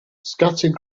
scattered